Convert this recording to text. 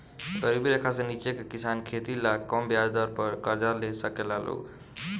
गरीबी रेखा से नीचे के किसान खेती ला कम ब्याज दर पर कर्जा ले साकेला लोग